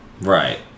Right